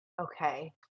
Okay